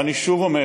ואני שוב אומר,